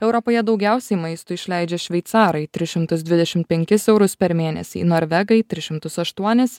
europoje daugiausiai maistui išleidžia šveicarai tris šimtus dvidešim penkis eurus per mėnesį norvegai tris šimtus aštuonis